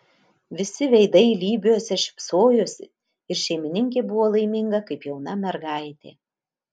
visi veidai lybiuose šypsojosi ir šeimininkė buvo laiminga kaip jauna mergaitė